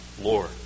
Lord